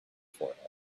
forehead